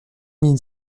mille